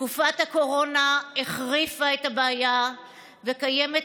תקופת הקורונה החריפה את הבעיה וקיימת